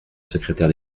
secrétaire